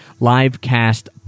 Livecast